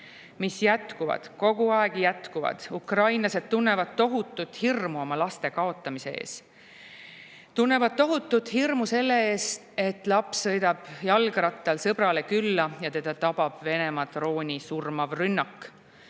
mis jätkuvad, kogu aeg jätkuvad. Ukrainlased tunnevad tohutut hirmu oma laste kaotamise ees. Nad tunnevad tohutut hirmu selle ees, et laps sõidab jalgrattal sõbrale külla ja teda tabab Venemaa drooni surmav rünnak.